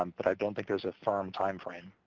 um but i don't think there's a firm timeframe.